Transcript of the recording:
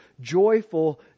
joyful